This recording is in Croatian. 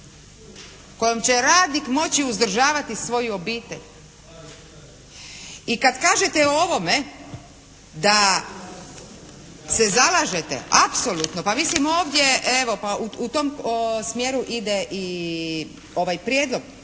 kojom će radnik moći uzdržavati svoju obitelj. I kad kažete o ovome da se zalažete. Apsolutno. Pa mislim ovdje, evo pa u tom smjeru ide i ovaj Prijedlog